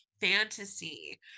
fantasy